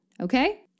Okay